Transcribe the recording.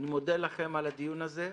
אני מודה לכם על הדיון הזה.